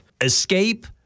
escape